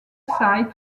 site